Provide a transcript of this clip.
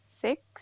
six